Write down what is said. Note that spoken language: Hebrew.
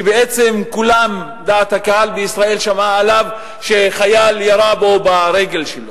שבעצם דעת הקהל בישראל שמעה עליו שחייל ירה בו ברגל שלו.